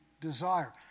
desire